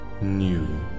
new